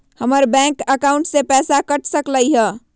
हमर bank account से पैसा कट सकलइ ह?